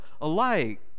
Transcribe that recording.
alike